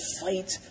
fight